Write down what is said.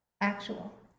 actual